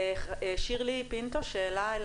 שירלי פינטו בבקשה.